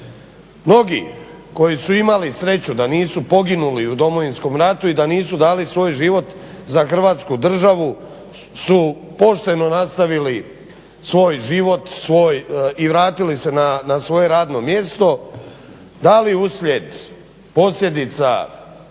Mnogi koji su imali sreću da nisu poginuli u Domovinskom ratu i da nisu dali svoj život za Hrvatsku državu su pošteno nastavili svoj život, svoj i vratili se na svoje radno mjesto da li uslijed posljedica